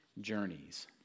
Journeys